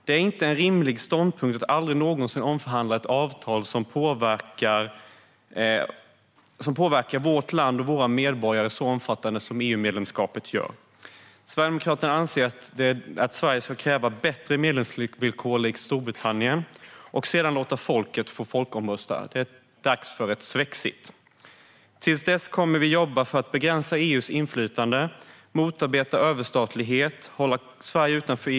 Det är inte en rimlig ståndpunkt att aldrig någonsin omförhandla ett avtal som påverkar vårt land och våra medborgare i en sådan omfattning som EU-medlemskapet. Sverigedemokraterna anser att Sverige, likt Storbritannien, ska kräva bättre medlemsvillkor och sedan låta folket folkomrösta. Det är dags för ett svexit. Till dess kommer vi att jobba för att begränsa EU:s inflytande. Vi kommer att motarbeta överstatlighet, och vi kommer att jobba för att hålla Sverige utanför EMU.